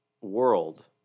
world